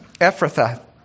Ephrathah